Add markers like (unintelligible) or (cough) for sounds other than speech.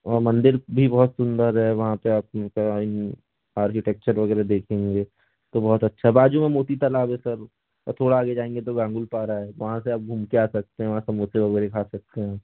वहाँ मंदिर भी बहुत सुंदर है वहाँ पे आप (unintelligible) आर्किटेक्चर वगैरह देखेंगे तो बहुत अच्छा है बाजू में मोती तालाब है सर और थोड़ा आगे जाएंगे तो गांगुलपारा है वहाँ से आप घूम के आ सकते हैं वहाँ समोसे वगैरह खा सकते हैं